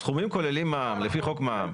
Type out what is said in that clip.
הסכומים כוללים מע"מ, לפי חוק מע"מ.